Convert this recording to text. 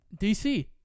DC